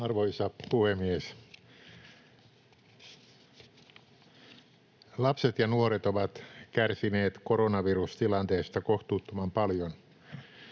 Arvoisa puhemies! Lapset ja nuoret ovat kärsineet koronavirustilanteesta kohtuuttoman paljon.